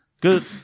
Good